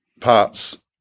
parts